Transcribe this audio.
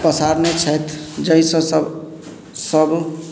पसारने छथि जहिसँ सब